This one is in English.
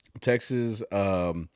Texas